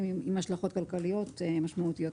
שיהיו להם השלכות כלכליות משמעותיות.